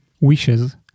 wishes